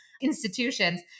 institutions